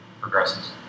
progresses